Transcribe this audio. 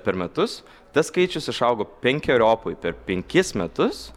per metus tas skaičius išaugo penkeriopai per penkis metus